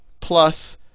plus